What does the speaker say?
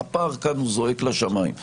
הפער כאן זועק לשמיים.